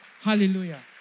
Hallelujah